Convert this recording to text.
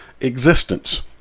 existence